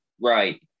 right